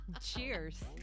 Cheers